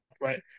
right